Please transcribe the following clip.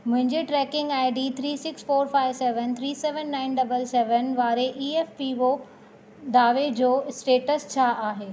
मुंहिंजे tracking I D three six four five seven three seven nine double seven वारे E F P O दावे जो status छा आहे